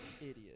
Idiot